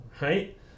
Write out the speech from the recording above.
right